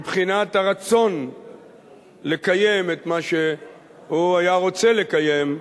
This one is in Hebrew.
מבחינת הרצון לקיים את מה שהוא היה רוצה לקיים,